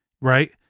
Right